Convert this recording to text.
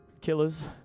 killers